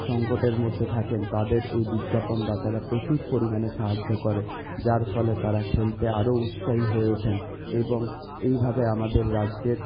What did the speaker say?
সংকটের মধ্যে থাকেন তাদের এই বিজ্ঞাপনদাতারা প্রচুর পরিমাণে সাহায্য করেন যার ফলে তারা খেলতে আরও উৎসাহী হয়ে ওঠেন এবং এইভাবে আমাদের রাজ্যের